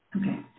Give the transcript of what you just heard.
Okay